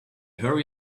hurry